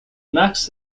max